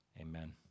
Amen